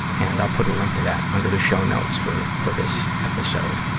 and i'll put a link to that under the show notes for for this episode.